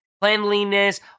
cleanliness